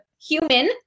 human